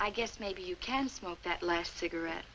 i guess maybe you can smoke that last cigarette